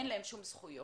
אין להם שום זכויות.